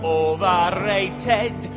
overrated